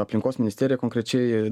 aplinkos ministerija konkrečiai